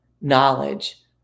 knowledge